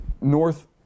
North